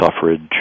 suffrage